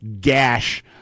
gash